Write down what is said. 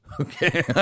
Okay